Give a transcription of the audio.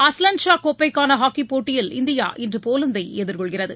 Azlan Shah கோப்பைக்கான hockey போட்டியில் India இன்று போலந்தை எதிர்கொள்கிறது